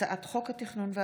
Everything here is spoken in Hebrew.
הצעת חוק-יסוד: